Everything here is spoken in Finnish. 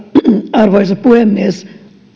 arvoisa puhemies